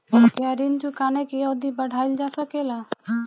क्या ऋण चुकाने की अवधि बढ़ाईल जा सकेला?